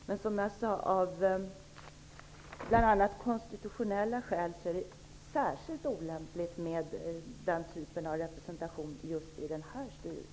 Bl.a. av konstitutionella skäl är det särskilt olämpligt med den typen av representation just i den här styrelsen.